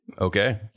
Okay